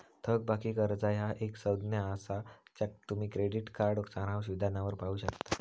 थकबाकी कर्जा ह्या एक संज्ञा असा ज्या तुम्ही क्रेडिट कार्ड सारांश विधानावर पाहू शकता